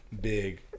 big